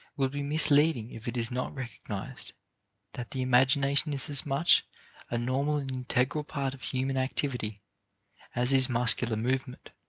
will be misleading if it is not recognized that the imagination is as much a normal and integral part of human activity as is muscular movement.